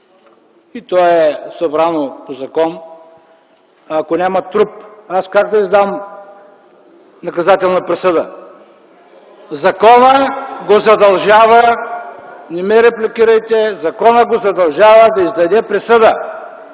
и то е събрано по закон, ако няма труп, аз как да издам наказателна присъда? (Реплики от залата.) Не ме репликирайте. Законът го задължава да издаде присъда